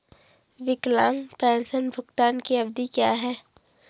विकलांग पेंशन भुगतान की अवधि क्या है?